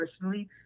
personally